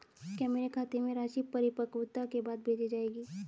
क्या मेरे खाते में राशि परिपक्वता के बाद भेजी जाएगी?